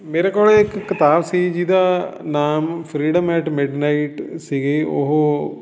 ਮੇਰੇ ਕੋਲ ਇੱਕ ਕਿਤਾਬ ਸੀ ਜਿਹਦਾ ਨਾਮ ਫਰੀਡਮ ਐਟ ਮਿਡਨਾਈਟ ਸੀਗੀ ਉਹ